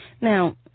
Now